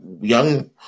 young